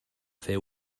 fer